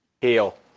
Heal